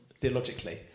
theologically